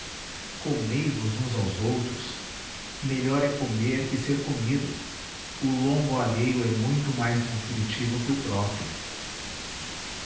digo vos comei vos uns aos outros melhor é comer que ser comido o lombo alheio é muito mais nutritivo que o próprio